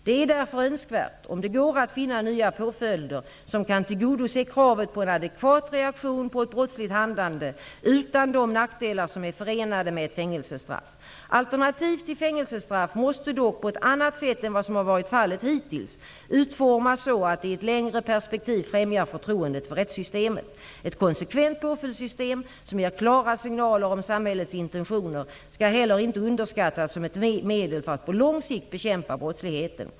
Det är därför önskvärt om det går att finna nya påföljder som kan tillgodose kravet på en adekvat reaktion på ett brottsligt handlande utan de nackdelar som är förenade med ett fängelsestraff. Alternativ till fängelsestraff måste dock på ett annat sätt än vad som hittills varit fallet utformas så, att det i ett längre perspektiv främjar förtroendet för rättssystemet. Ett konsekvent påföljdssystem som ger klara signaler om samhällets intentioner skall inte heller underskattas som ett medel för att på lång sikt bekämpa brottsligheten.